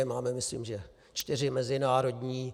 Máme myslím čtyři mezinárodní.